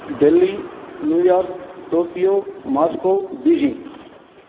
Delhi New York Tokyo Moscow Beijing